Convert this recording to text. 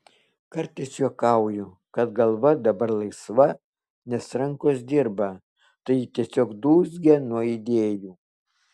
kartais juokauju kad galva dabar laisva nes rankos dirba tai ji tiesiog dūzgia nuo idėjų